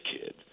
kid